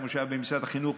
כמו שהיה במשרד החינוך,